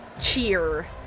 cheer